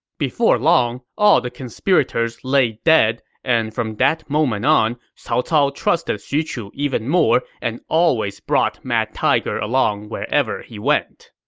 before long, all the conspirators laid dead, and from that moment on, cao cao trusted xu chu even more and always brought mad tiger along wherever he went